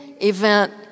event